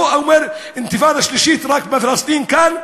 אני לא אומר אינתיפאדה שלישית רק בפלסטין כאן,